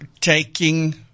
taking